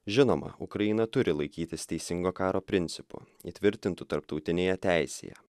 žinoma ukraina turi laikytis teisingo karo principų įtvirtintų tarptautinėje teisėje